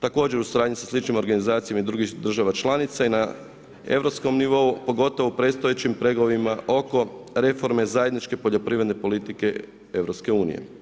Također u suradnji sa sličnim organizacijom i drugih država članica i na europskom nivou, pogotovo predstojećim pregovorima oko reforme zajedničke poljoprivredne politike EU.